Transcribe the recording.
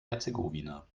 herzegowina